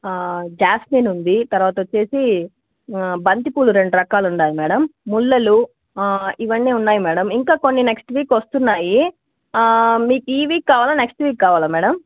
jasmine ఉంది తరువాత వచ్చేసి బంతి పూలు రెండు రకాలున్నాయి మేడం ముల్లలు ఇవన్నీ ఉన్నాయి మేడం ఇంకా కొన్ని నెక్స్ట్ వీక్ వస్తున్నాయి మీకు ఈ వీక్ కావాలా నెక్స్ట్ వీక్ కావాలా మేడం